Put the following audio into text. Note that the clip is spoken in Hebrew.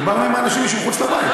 דיברנו עם האנשים שמחוץ לבית.